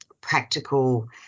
practical